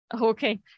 Okay